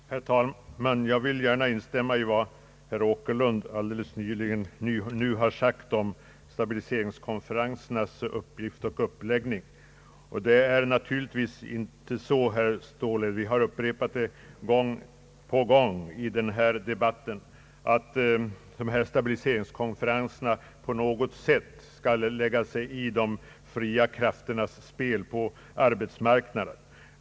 Herr talman! Jag vill gärna instämma i vad herr Åkerlund nyligen har anfört om = stabiliseringskonferensernas uppgift. Det är naturligtvis inte så, herr Ståhle — vi har upprepat det gång på gång i debatten om dessa konferenser att de på något sätt skall lägga sig i de fria krafternas spel på arbetsmarknaden.